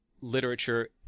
literature